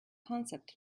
concept